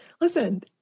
Listen